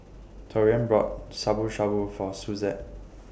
Taurean bought Shabu Shabu For Suzette